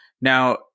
Now